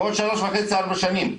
בעוד שלוש וחצי-ארבע שנים.